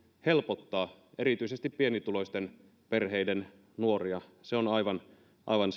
helpottaa erityisesti pienituloisten perheiden nuoria se on aivan